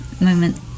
moment